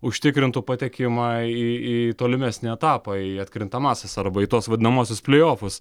užtikrintų patekimą į į tolimesnį etapą į atkrintamąsias arba į tuos vadinamuosius plaiofus